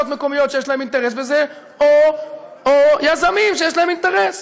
מקומיות שיש להן אינטרס בזה או יזמים שיש להם אינטרס.